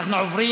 בעד,